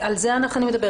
על זה אני מדברת.